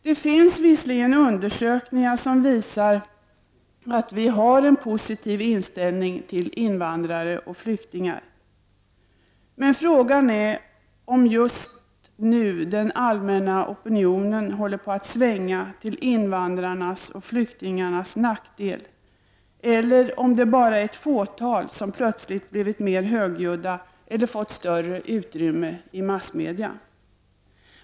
Det finns visserligen undersökningar som visar att vi har en positiv inställning till invandrare och flyktingar, men frågan är just nu om den allmänna opinionen håller på att svänga till invandrarnas och flyktingarnas nackdel eller om det bara är ett fåtal som plötsligt blivit mer högljudda eller fått större utrymme i massmedia.